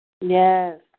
Yes